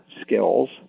skills